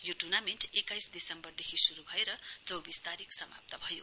यो टुर्नामेण्ट एक्किस दिस्मवरदेखि शुरु भएर चौविस तारीक समाप्त भयो